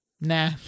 nah